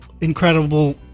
incredible